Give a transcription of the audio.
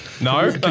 No